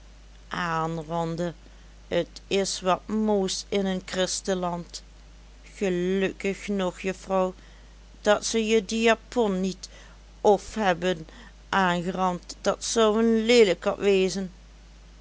anranden t is wat moois in een kristenland gelukkig nog juffrouw dat ze je die japon niet of hebben angerand dat zou een leelijkerd wezen